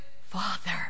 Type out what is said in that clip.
father